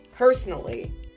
personally